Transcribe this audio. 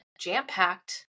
jam-packed